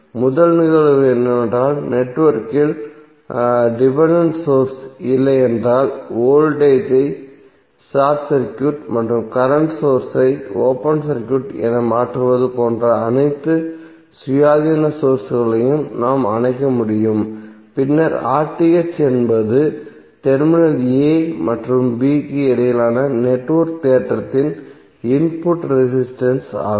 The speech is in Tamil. முதல் நிகழ்வு என்னவென்றால் நெட்வொர்க்கில் டிபென்டென்ட் சோர்ஸ்கள் இல்லையென்றால் வோல்டேஜ் ஐ ஷார்ட் சர்க்யூட் மற்றும் கரண்ட் சோர்ஸ் ஐ ஓபன் சர்க்யூட் என மாற்றுவது போன்ற அனைத்து சுயாதீன சோர்ஸ்களையும் நாம் அணைக்க முடியும் பின்னர் என்பது டெர்மினல் a மற்றும் b க்கு இடையிலான நெட்வொர்க் தோற்றத்தின் இன்புட் ரெசிஸ்டன்ஸ் ஆகும்